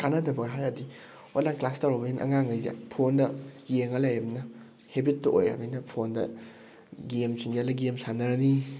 ꯀꯥꯅꯗꯕ ꯍꯥꯏꯔꯗꯤ online class ꯇꯧꯔꯕꯅꯤꯅ ꯑꯉꯥꯡꯈꯩꯁꯦ ꯐꯣꯟꯗ ꯌꯦꯡꯉ ꯂꯩꯔꯕꯅꯤꯅ ꯍꯦꯕꯤꯠꯇꯣ ꯑꯣꯏꯔꯝꯅꯤꯅ ꯐꯣꯟꯗ ꯒꯦꯝ ꯆꯤꯡꯁꯜꯂ ꯒꯦꯝ ꯁꯥꯟꯅꯔꯅꯤ